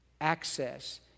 access